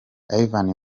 ivan